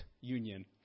union